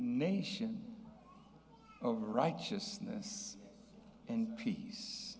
nation over righteousness and peace